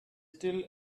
still